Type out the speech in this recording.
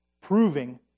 proving